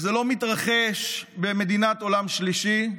וזה לא מתרחש במדינת עולם שלישי,